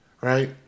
right